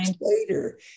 later